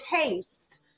taste